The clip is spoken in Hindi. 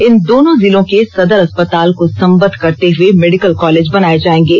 इन दोनों जिलों के सदर अस्पताल को संबद्ध करते हुए मेडिकल कॉलेज बनाये जायेंगे